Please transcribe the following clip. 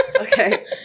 Okay